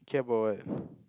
care about what